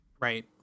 Right